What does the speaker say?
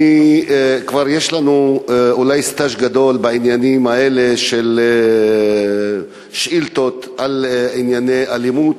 כבר יש לנו אולי סטאז' גדול בעניינים האלה של שאילתות בענייני אלימות